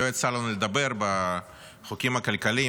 לא יצא לנו לדבר בחוקים הכלכליים,